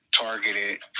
targeted